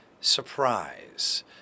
surprise